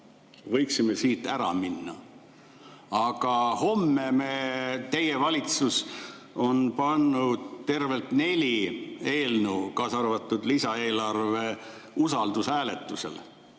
võiksime siit ära minna. Aga homseks on teie valitsus pannud tervelt neli eelnõu, kaasa arvatud lisaeelarve usaldushääletusele.